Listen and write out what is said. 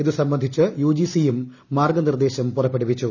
ഇത് സംബന്ധിച്ച് U G സിയും മാർഗ്ഗ നിർദ്ദേശം പുറപ്പെടുവിച്ചു